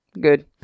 good